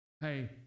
hey